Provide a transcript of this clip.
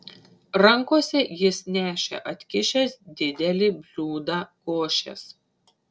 rankose jis nešė atkišęs didelį bliūdą košės